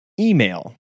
email